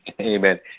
Amen